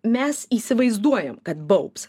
mes įsivaizduojam kad baubs